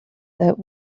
that